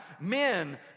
men